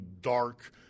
dark